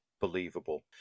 believable